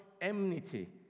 enmity